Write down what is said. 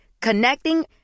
Connecting